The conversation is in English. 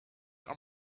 are